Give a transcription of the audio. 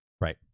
Right